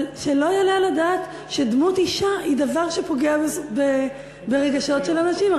אבל שלא יעלה על הדעת שדמות אישה היא דבר שפוגע ברגשות של אנשים.